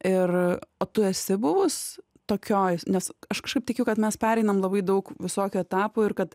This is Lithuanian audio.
ir o tu esi buvus tokioj nes aš kažkaip tikiu kad mes pereinam labai daug visokių etapų ir kad